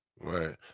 Right